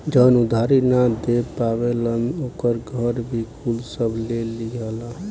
जवन उधारी ना दे पावेलन ओकर घर भी कुल सब ले लियाला